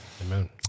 Amen